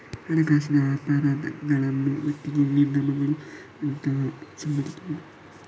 ಹಣಕಾಸಿನ ಅಪರಾಧಗಳನ್ನು ವ್ಯಕ್ತಿಗಳು, ನಿಗಮಗಳು ಅಥವಾ ಸಂಘಟಿತ ಅಪರಾಧ ಗುಂಪುಗಳಿಂದ ನಡೆಸಬಹುದು